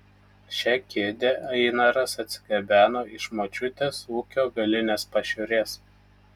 šią kėdę einaras atsigabeno iš močiutės ūkio galinės pašiūrės